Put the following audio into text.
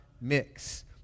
mix